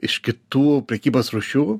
iš kitų prekybos rūšių